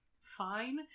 fine